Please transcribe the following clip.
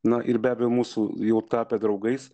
na ir be abejo mūsų jau tapę draugais